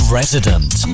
resident